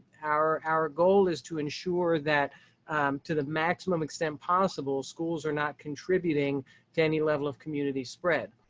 our, our goal is to ensure that to the maximum extent possible schools are not contributing to any level of community spread.